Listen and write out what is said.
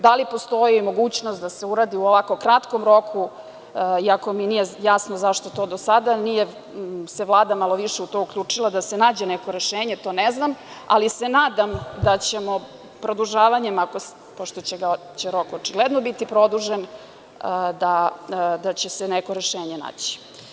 Da li postoji mogućnost da se uradi u ovako kratkom roku, iako mi nije jasno zašto se do sada Vlada nije malo više u to uključila, da se nađe neko rešenje, to ne znam, ali se nadam da ćemo produžavanjem, pošto će rok očigledno biti produžen, da će se neko rešenje naći.